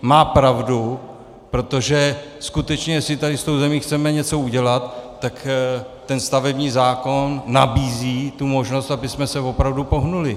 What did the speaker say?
Má pravdu, protože skutečně jestli tady s tou zemí chceme něco udělat, tak ten stavební zákon nabízí tu možnost, abychom se opravdu pohnuli.